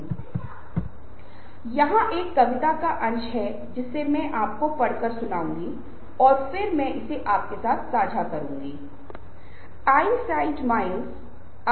हम एक सर्वेक्षण भी कर सकते हैं मैं आपको कुछ निश्चित ध्वनियाँ या कुछ भाषण पैटर्न दूँगा और हम पता लगा लेंगे कि वास्तव में क्या है